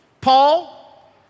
Paul